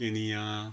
Kenya